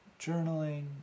journaling